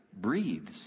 breathes